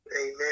amen